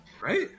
Right